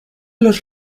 los